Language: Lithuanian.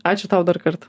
ačiū tau dar kartą